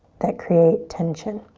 that create tension.